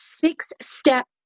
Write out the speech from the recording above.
six-step